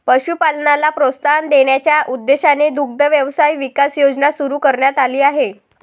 पशुपालनाला प्रोत्साहन देण्याच्या उद्देशाने दुग्ध व्यवसाय विकास योजना सुरू करण्यात आली आहे